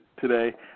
today